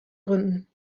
gründen